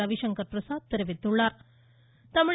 ரவிசங்கர் பிரசாத் தெரிவித்துள்ளா்